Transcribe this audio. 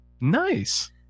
Nice